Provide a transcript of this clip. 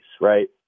right